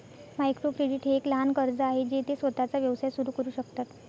micro credit हे एक लहान कर्ज आहे जे ते स्वतःचा व्यवसाय सुरू करू शकतात